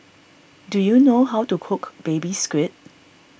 do you know how to cook Baby Squid